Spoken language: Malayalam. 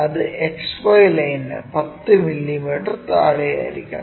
അത് XY ലൈനിന് 10 മില്ലീമീറ്റർ താഴെയായിരിക്കണം